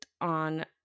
on